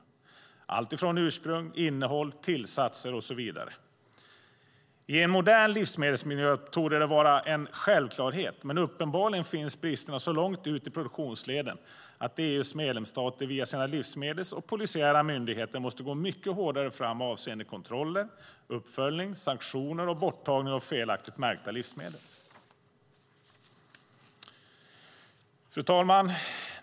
Det gäller alltifrån ursprung till innehåll, tillsatser och så vidare. I en modern livsmedelmiljö torde det vara en självklarhet. Men uppenbarligen finns bristerna så långt ut i produktionsleden att EU:s medlemsstater via sina livsmedelsmyndigheter och polisiära myndigheter måste gå mycket hårdare fram avseende kontroller, uppföljning, sanktioner och borttagning av felaktigt märkta livsmedel. Fru talman!